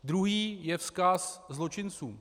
Druhý je vzkaz zločincům.